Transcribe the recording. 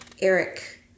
Eric